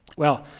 well,